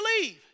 believe